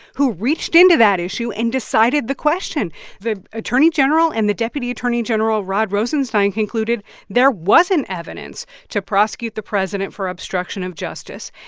who reached into that issue and decided the question the attorney general and the deputy attorney general, rod rosenstein, concluded there wasn't evidence to prosecute the president for obstruction of justice.